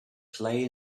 play